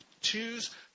choose